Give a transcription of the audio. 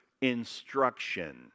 instruction